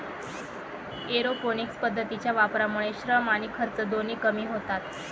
aeroponics पद्धतीच्या वापरामुळे श्रम आणि खर्च दोन्ही कमी होतात